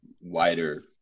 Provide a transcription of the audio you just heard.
wider